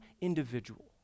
individual